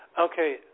Okay